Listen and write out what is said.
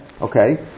Okay